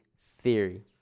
theory